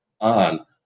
on